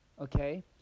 okay